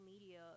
media